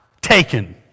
taken